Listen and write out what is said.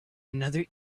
another